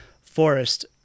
forest